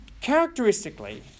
characteristically